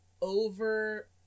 over